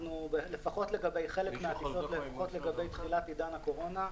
לפחות לגבי חלק מהלקוחות ולפחות לגבי תחילת עידן הקורונה,